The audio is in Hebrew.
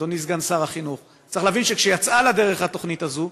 אדוני סגן שר החינוך: צריך להבין שכשיצאה לדרך התוכנית הזאת,